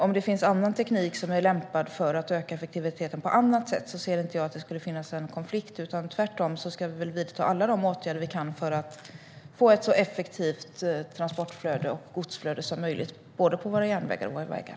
Om det finns annan teknik som är lämpad för att öka effektiviteten på annat sätt ser inte jag att det skulle finnas en konflikt. Tvärtom ska vi väl vidta alla de åtgärder som vi kan för att få ett så effektivt transportflöde och godsflöde som möjligt på både våra järnvägar och våra vägar.